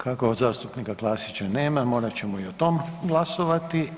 Kako zastupnika Klasića nema, morat ćemo i o tom glasovati.